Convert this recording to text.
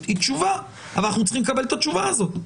היא תשובה אבל אנחנו צריכים לקבל את התשובה הזאת,